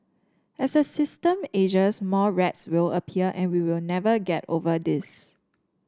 as the system ages more rats will appear and we will never get over this